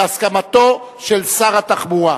בהסכמתו של שר התחבורה.